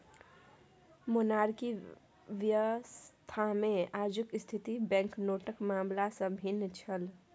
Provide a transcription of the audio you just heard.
monarchy व्यवस्थामे आजुक स्थिति बैंकनोटक मामला सँ भिन्न छल